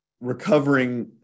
recovering